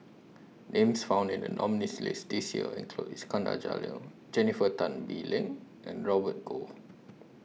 Names found in The nominees' list This Year include Iskandar Jalil Jennifer Tan Bee Leng and Robert Goh